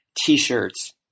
T-shirts